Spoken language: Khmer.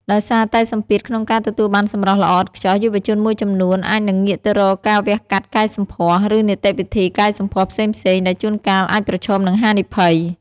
ដោយសារតែសម្ពាធក្នុងការទទួលបានសម្រស់ល្អឥតខ្ចោះ យុវជនមួយចំនួនអាចនឹងងាកទៅរកការវះកាត់កែសម្ផស្ស ឬនីតិវិធីកែសម្ផស្សផ្សេងៗ ដែលជួនកាលអាចប្រឈមនឹងហានិភ័យ។